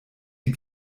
die